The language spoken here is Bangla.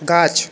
গাছ